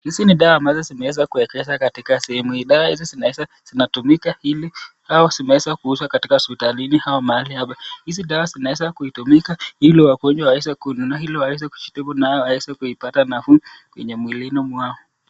Hizi ni dawa ambazo zimeweza kuwekezwa katika sehemu hii. Dawa hizi zinaweza zinatumika ili au zimeweza kuuzwa katika hospitalini au mahali hapa. Hizi dawa zinaweza kuitumika, ili wagonjwa waweze kununua waweze kujitibu nayo, waweze kuipata nafuu kwenye mwilini mwao.